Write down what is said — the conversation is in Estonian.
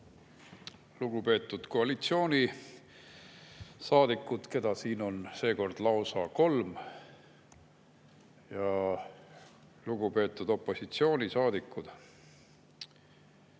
Lugupeetud koalitsioonisaadikud, keda siin on seekord lausa kolm! Lugupeetud opositsioonisaadikud!